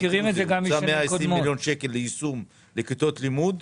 שהוקצו 120 מיליון שקל לכיתות לימוד.